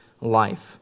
life